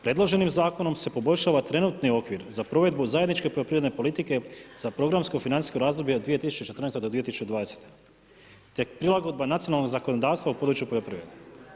Predloženim zakonom se poboljšava trenutni okvir za provedbu zajedničke poljoprivredne politike za programsko financijsko razdoblje od 2014. do 2020. te prilagodba nacionalnog zakonodavstva u području poljoprivrede.